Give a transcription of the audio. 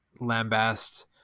lambast